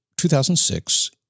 2006